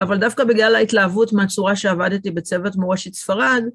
אבל דווקא בגלל ההתלהבות מהצורה שעבדתי בצוות מורשת ספרד